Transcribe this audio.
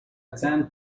tan